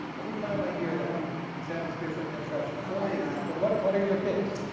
every time i hear them, it sounds different and fresher for me. and but what what are your picks?